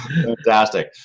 Fantastic